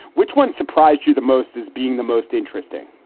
which one surprised you the most as being the most interesting?